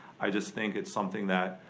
i just think it's something that,